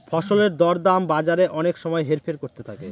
ফসলের দর দাম বাজারে অনেক সময় হেরফের করতে থাকে